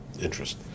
interest